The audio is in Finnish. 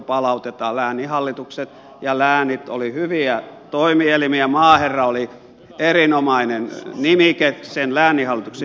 lääninhallitukset ja läänit olivat hyviä toimielimiä maaherra oli erinomainen nimike sen lääninhallituksen johtajalle